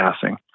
passing